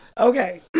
Okay